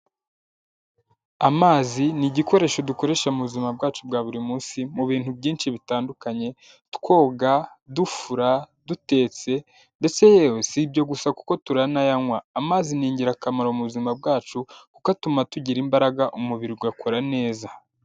Amazi ni igikoresho dukoresha mu buzima bwacu bwa buri munsi mu bintu byinshi bitandukanye; twoga, dufura, dutetse ndetse yewe si ibyo gusa kuko turanayanywa. Amazi ni ingirakamaro mu buzima bwacu, kuko atuma tugira imbaraga umubiri ugakora neza.